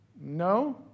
No